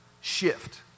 shift